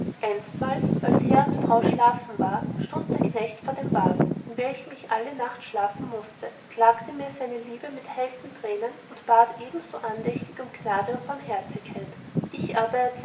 einsmals als herr und frau schlafen war stund der knecht vor dem wagen in welchem ich alle nacht schlafen mußte klagte mir seine liebe mit heißen tränen und bat ebenso andächtig um gnade und barmherzigkeit ich aber